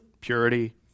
Purity